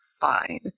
fine